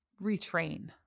retrain